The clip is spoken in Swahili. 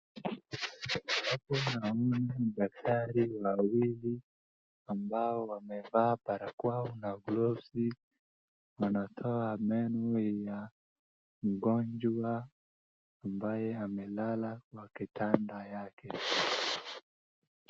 Hapo naona ni daktari wawili ambao wamevaa barakoa na glovesi wanatoa meno ya mgonjwa ambaye amelala kwa kitanda yake.